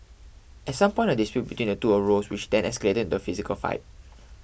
at some point a dispute between the two arose which then escalated into physical fight